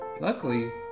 Luckily